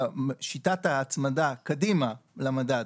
שיטת ההצמדה קדימה למדד,